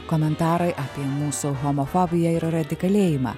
komentarai apie mūsų homofobiją ir radikalėjimą